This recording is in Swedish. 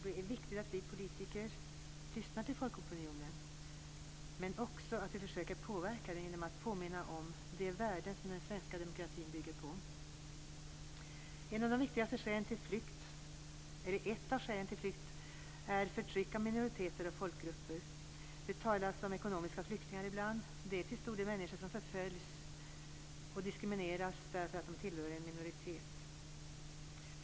Det är viktigt att vi politiker lyssnar till folkopinionen, men också att vi försöker påverka den genom att påminna om de värden den svenska demokratin bygger på. Ett av skälen till flykt är förtryck av minoriteter och folkgrupper. Det talas ibland om ekonomiska flyktingar. Det är till stor del människor som förföljs och diskrimineras därför att de tillhör en minoritet.